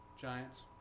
Giants